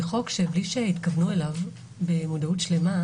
זה חוק שבלי שהתכוונו אליו במודעות שלמה,